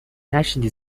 نشنیدی